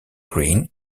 green